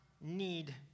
need